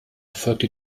erfolgte